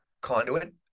conduit